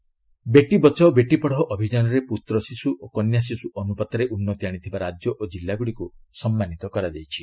ବେଟି ବଚାଓ ଆଓାଡ଼ ବେଟି ବଚାଓ ବେଟି ପଢ଼ାଓ ଅଭିଯାନରେ ପୁତ୍ର ଶିଶୁ ଓ କନ୍ୟା ଶିଶୁ ଅନୁପାତରେ ଉନ୍ନତି ଆଣିଥିବା ରାଜ୍ୟ ଓ ଜିଲ୍ଲାଗୁଡ଼ିକୁ ସମ୍ମାନିତ କରାଯାଇଛି